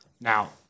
now